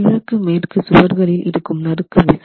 கிழக்கு மேற்கு சுவர்களில் இருக்கும் நறுக்கு விசை